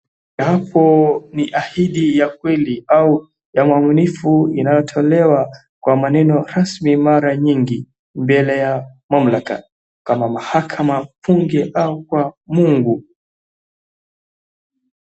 Hapo ni ahidi ya kweli au uaminifu inayotolewa kwa maneno rasmi mara nyingi mbele ya mamlaka kama mahakama, bunge ama ata kwa Mungu.